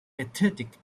pathetic